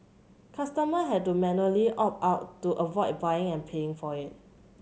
customer had to manually opt out to avoid buying and paying for it